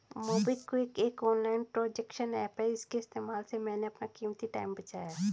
MobiKwik एक online transaction app है इसके इस्तेमाल से मैंने अपना कीमती टाइम बचाया है